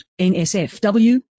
NSFW